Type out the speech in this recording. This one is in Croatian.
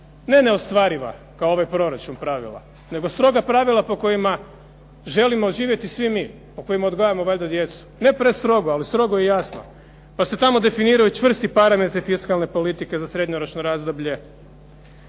neostvariva pravila, nego stroga pravila po kojima želimo živjeti svi mi, po kojima odgajamo valjda djecu. Ne prestrogo ali strogo i jasno, pa se tamo definiraju čvrsti parametri fiskalne politike za srednjoročno razdoblje,